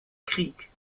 krieg